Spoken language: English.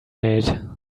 made